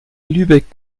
lübeck